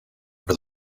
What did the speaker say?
over